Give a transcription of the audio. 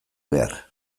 behar